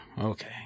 Okay